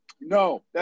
No